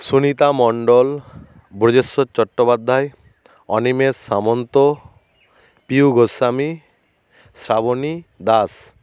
Sunita Mondal Brajeshwar Chattopadhyay Animesh Samanta Piu Goswami Shrabani Das